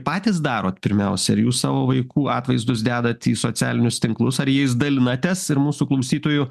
patys darot pirmiausia ar jūs savo vaikų atvaizdus dedat į socialinius tinklus ar jais dalinatės ir mūsų klausytojų